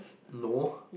no